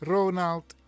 Ronald